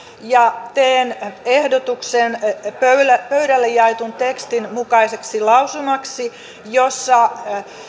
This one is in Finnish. ja teen ehdotuksen pöydälle pöydälle jaetun tekstin mukaiseksi lausumaksi jossa